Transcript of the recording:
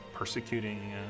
Persecuting